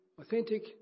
authentic